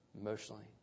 emotionally